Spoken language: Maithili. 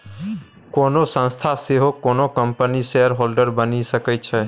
कोनो संस्था सेहो कोनो कंपनीक शेयरहोल्डर बनि सकै छै